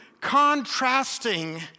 contrasting